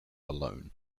alone